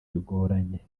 bigoranye